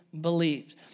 believed